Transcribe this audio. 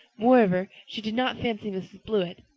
more-over, she did not fancy mrs. blewett.